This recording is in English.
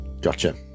Gotcha